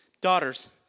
daughter's